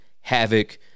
havoc